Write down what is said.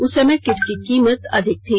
उस समय किट की कीमत अधिक थी